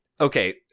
okay